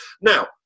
now